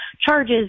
charges